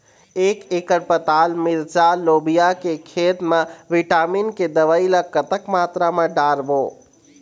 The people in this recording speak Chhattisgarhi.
एक एकड़ पताल मिरचा लोबिया के खेत मा विटामिन के दवई ला कतक मात्रा म डारबो?